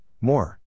more